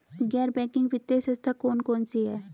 गैर बैंकिंग वित्तीय संस्था कौन कौन सी हैं?